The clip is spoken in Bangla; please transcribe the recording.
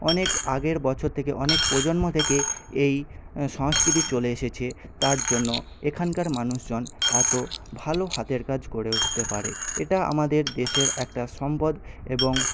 অনেক আগের বছর থেকে অনেক প্রজন্ম থেকে এই সংস্কৃতি চলে এসেছে তার জন্য এখানকার মানুষজন এত ভালো হাতের কাজ করে উঠতে পারে এটা আমাদের দেশের একটা সম্পদ এবং